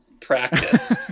practice